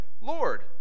Lord